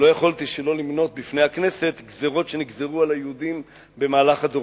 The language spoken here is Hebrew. לא יכולתי שלא למנות בפני הכנסת גזירות שנגזרו על היהודים במהלך הדורות.